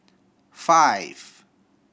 five